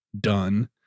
done